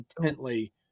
intently